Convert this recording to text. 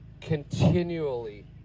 continually